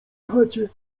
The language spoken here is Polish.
chacie